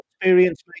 experience